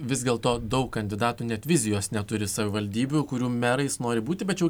vis dėl to daug kandidatų net vizijos neturi savivaldybių kurių merais nori būti bet čia